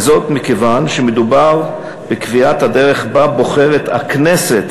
וזאת מכיוון שמדובר בקביעת הדרך שבה בוחרת הכנסת,